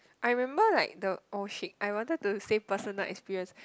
I remember like the oh shit I wanted to say personal experience